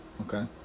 Okay